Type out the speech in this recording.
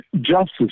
justice